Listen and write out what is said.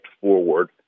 forward